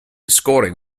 scoring